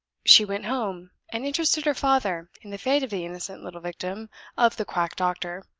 she went home, and interested her father in the fate of the innocent little victim of the quack doctor.